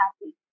happy